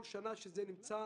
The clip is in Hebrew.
כל שנה שזה נמצא